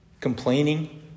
complaining